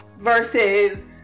versus